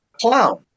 clown